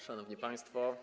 Szanowni Państwo.